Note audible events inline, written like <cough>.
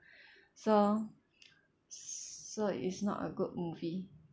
<breath> so <noise> s~ so it's not a good movie